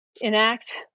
enact